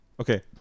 okay